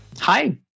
Hi